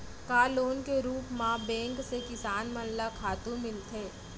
का लोन के रूप मा बैंक से किसान मन ला खातू मिलथे?